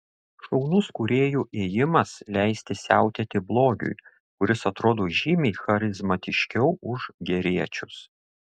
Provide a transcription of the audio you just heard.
šaunus kūrėjų ėjimas leisti siautėti blogiui kuris atrodo žymiai charizmatiškiau už geriečius